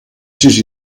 sis